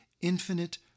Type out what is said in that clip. infinite